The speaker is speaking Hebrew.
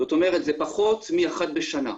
זאת אומרת, זה פחות מפעם אחת בשנה.